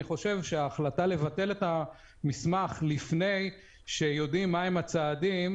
חושב שההחלטה לבטל את המסמך לפני שיודעים מה הם הצעדים,